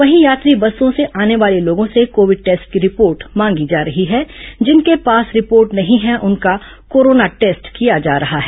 वहीं यात्री बसों से आने वाले लोगों से कोविड टेस्ट की रिपोर्ट मांगी जा रही है जिनके पास रिपोर्ट नहीं है उनका कोरोना टेस्ट किया जा रहा है